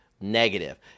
negative